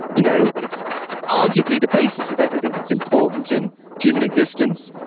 you know it's arguably the basis of everything that's important in human existence.